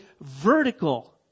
vertical